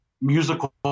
musical